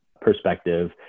perspective